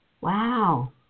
Wow